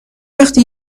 وقتی